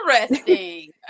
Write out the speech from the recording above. interesting